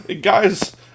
guys